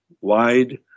wide